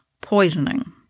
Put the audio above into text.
poisoning